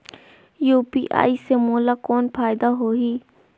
UPI से मोला कौन फायदा होही?